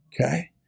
okay